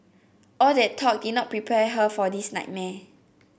all that talk did not prepare her for this nightmare